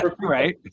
right